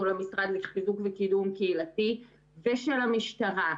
למשרד לחיזוק וקידום קהילתי ושל המשטרה.